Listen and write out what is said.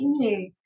continue